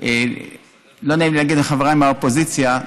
לא נעים לי להגיד לחבריי מהאופוזיציה,